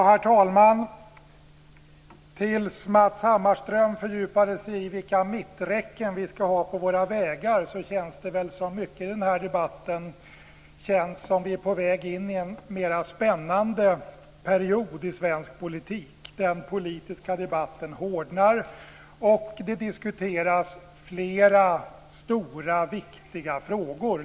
Herr talman! Tills Matz Hammarström fördjupade sig i vilka mitträcken vi ska ha på våra vägar kändes mycket i den här debatten som om vi är på väg in i en mer spännande period i svensk politik. Den politiska debatten hårdnar och det diskuteras flera stora, viktiga frågor.